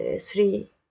three